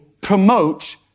promote